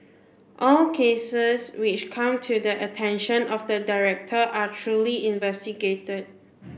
all cases which come to the attention of the director are truly investigated